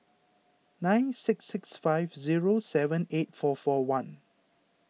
nine six six five zero seven eight four four one